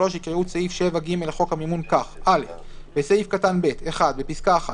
יקראו את סעיף 7ג לחוק המימון כך: (א)בסעיף קטן (ב) (1)בפסקה (1),